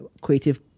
creative